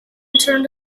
turned